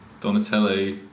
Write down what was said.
Donatello